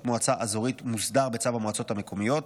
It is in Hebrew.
מועצה אזורית מוסדר בצו המועצות המקומיות,